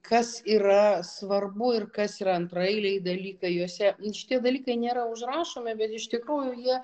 kas yra svarbu ir kas yra antraeiliai dalykai juose šitie dalykai nėra užrašomi bet iš tikrųjų jie